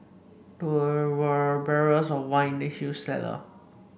there were are barrels of wine in the huge cellar